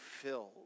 filled